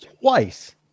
twice